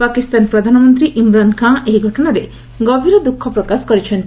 ପାକିସ୍ତାନ ପ୍ରଧାନମନ୍ତ୍ରୀ ଇମ୍ରାନ୍ ଖାଁ ଏହି ଘଟଣାରେ ଗଭୀର ଦ୍ରଃଖପ୍ୱକାଶ କରିଛନ୍ତି